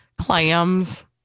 Clams